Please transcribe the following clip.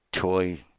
toy